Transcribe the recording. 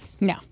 No